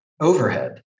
overhead